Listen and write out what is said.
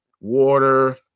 water